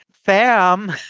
Fam